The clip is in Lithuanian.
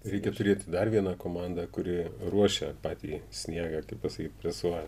reikia turėti dar vieną komandą kuri ruošia patį sniegą kaip pasakyt presuoja